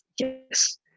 yes